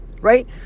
Right